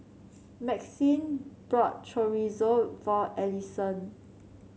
Maxine bought Chorizo for Ellison